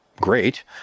great